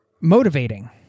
motivating